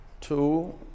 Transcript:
two